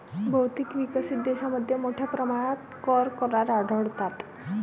बहुतेक विकसित देशांमध्ये मोठ्या प्रमाणात कर करार आढळतात